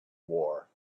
war